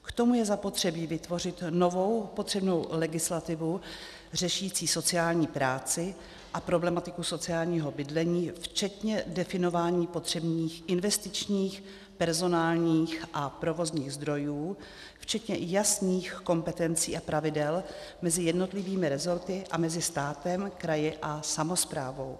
K tomu je zapotřebí vytvořit novou potřebnou legislativu řešící sociální práci a problematiku sociálního bydlení včetně definování potřebných investičních, personálních a provozních zdrojů včetně jasných kompetencí a pravidel mezi jednotlivými rezorty a mezi státem, kraji a samosprávou.